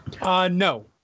No